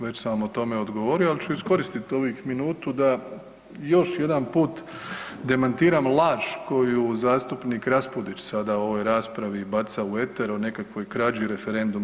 Već sam vam o tome odgovorio, ali ću iskoristiti ovih minutu da još jedan put demantiram laž koju zastupnik Raspudić sada u ovoj raspravi baca u eter o nekakvoj krađi referenduma.